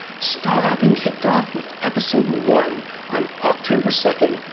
star hopping kicked off with episode one on october second,